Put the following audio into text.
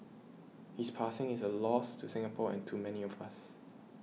his passing is a loss to Singapore and to many of us